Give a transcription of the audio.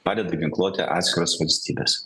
padeda ginkluote atskiros valstybės